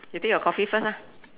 you take your coffee first ah